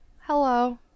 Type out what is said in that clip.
Hello